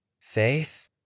Faith